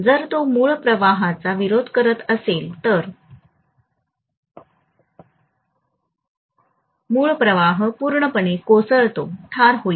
जर तो मूळ प्रवाहाचा विरोध करत असेल तर मूळ प्रवाह पूर्णपणे कोसळतो ठार होईल